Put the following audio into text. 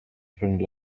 friend